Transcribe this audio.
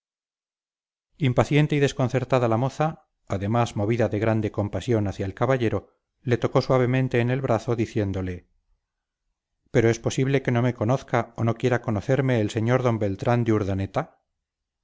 conocerla impaciente y desconcertada la moza además movida de grande compasión hacia el caballero le tocó suavemente en el brazo diciéndole pero es posible que no me conozca o no quiera conocerme el sr d beltrán de urdaneta